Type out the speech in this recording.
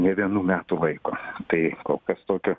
ne vienų metų laiko tai kol kas tokio